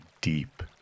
deep